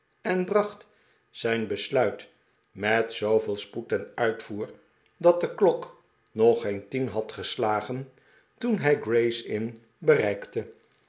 en bracht zijn besluit met zooveel spoed ten uitvoer dat de klok nog geen tien had geslagen toen hij gray'sinn bereikte